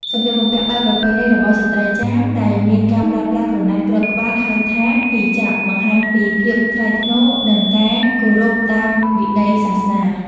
សម្លៀកបំពាក់បែបប្រពៃណីរបស់ស្ត្រីចាម ដែលមានការប្រើប្រាស់ក្រណាត់គ្របក្បាល ហៅថា Hijab បង្ហាញពីភាពថ្លៃថ្នូរ និងការគោរពតាមវិន័យសាសនា។